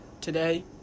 today